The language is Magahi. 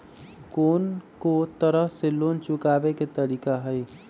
कोन को तरह से लोन चुकावे के तरीका हई?